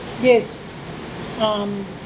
yes